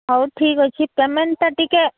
ହଉ ଠିକ୍ ଅଛି ପେମେଣ୍ଟ୍ଟା ଟିକେ